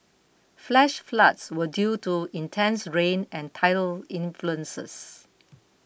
flash floods were due to intense rain and tidal influences